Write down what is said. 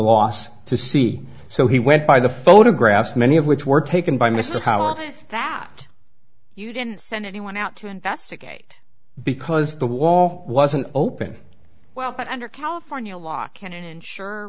last to see so he went by the photographs many of which were taken by mr howard that you didn't send anyone out to investigate because the wall wasn't open well under california law can sure